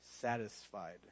Satisfied